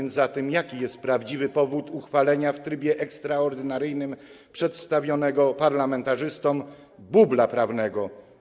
Jaki zatem jest prawdziwy powód uchwalenia w trybie ekstraordynaryjnym przedstawionego parlamentarzystom bubla prawnego?